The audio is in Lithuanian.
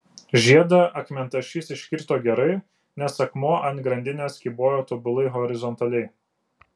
žiedą akmentašys iškirto gerai nes akmuo ant grandinės kybojo tobulai horizontaliai